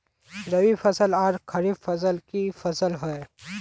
रवि फसल आर खरीफ फसल की फसल होय?